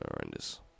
horrendous